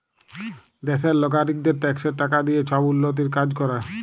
দ্যাশের লগারিকদের ট্যাক্সের টাকা দিঁয়ে ছব উল্ল্যতির কাজ ক্যরে